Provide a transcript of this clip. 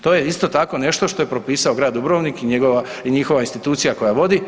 To je isto tako nešto što je propisao Grad Dubrovnik i njihova institucija koja vodi.